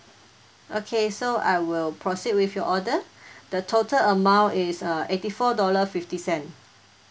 okay so I will proceed with your order the total amount is uh eighty four dollar fifty cent